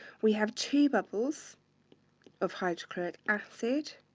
we have two bubbles of hydrochloric acid,